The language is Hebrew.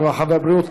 הרווחה והבריאות.